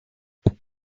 find